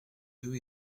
deux